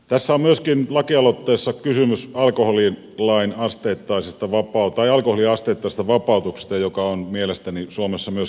tässä lakialoitteessa on myöskin kysymys alkoholin lain asteittaista vapautta ja kun asteittaisesta vapautuksesta joka on mielestäni suomessa myöskin tulevaisuutta